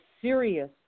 serious